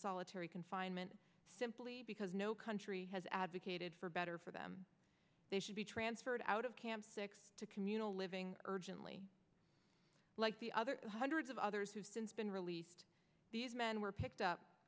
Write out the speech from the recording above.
solitary confinement simply because no country has advocated for better for them they should be transferred out of camp to communal living urgently like the other hundreds of others who have been released these men were picked up